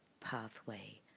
pathway